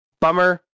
bummer